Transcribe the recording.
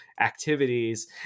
activities